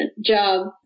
job